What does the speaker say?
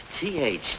TH